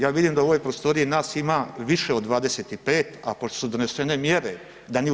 Ja vidim da u ovoj prostoriji nas ima više od 25, a pošto su donesene mjere da ni u